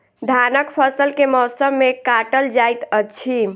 धानक फसल केँ मौसम मे काटल जाइत अछि?